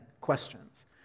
questions